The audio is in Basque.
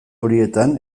horietan